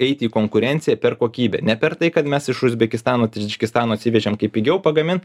eiti į konkurenciją per kokybę ne per tai kad mes iš uzbekistano tadžikistano atsivežėm kaip pigiau pagamint